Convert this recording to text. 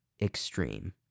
Extreme